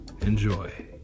Enjoy